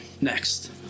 next